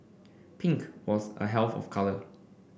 pink was a health of colour